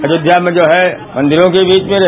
आयोष्या में जो है मंदिरों के बीच में रहे